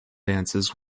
dances